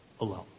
alone